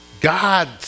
God